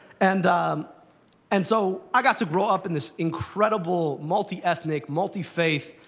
and um and so i got to grow up in this incredible, multi-ethnic, multi-faith,